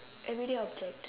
everyday object